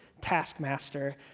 taskmaster